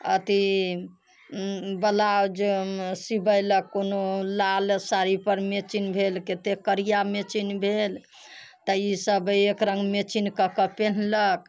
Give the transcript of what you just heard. अथी बलाउज सिबेलक कोनो लाल साड़ीपर मेचिंग भेल कते करिया मेचिंग भेल तऽ ई सब एक रङ्ग मेचिंग कऽ कऽ पेन्हलक